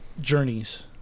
journeys